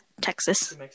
Texas